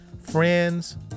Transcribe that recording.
Friends